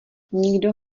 nikdo